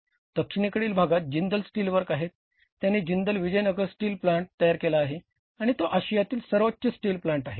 दक्षिणेकडील भागात जिंदल स्टीलवर्क आहेत त्यांनी जिंदल विजयनगर स्टील प्लांट तयार केला आहे आणि तो आशियातील सर्वोच्च स्टील प्लांट आहे